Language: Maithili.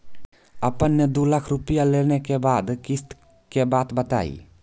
आपन ने दू लाख रुपिया लेने के बाद किस्त के बात बतायी?